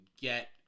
get